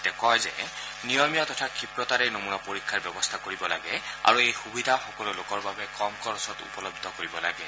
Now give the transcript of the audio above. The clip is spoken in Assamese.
তেওঁ কয় যে নিয়মীয়া তথা ক্ষীপ্ৰতাৰে নমুনা পৰীক্ষাৰ ব্যৱস্থা কৰিব লাগে আৰু এই সুবিধা সকলো লোকৰ বাবে কম খৰচত উপলব্ধ কৰোৱাৰ দিহা কৰিব লাগে